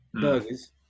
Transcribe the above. burgers